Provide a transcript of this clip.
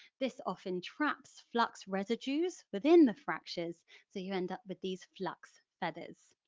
this often traps flux residues within the fractures so you end-up with these flux feathers.